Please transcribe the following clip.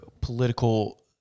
political